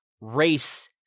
race